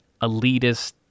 elitist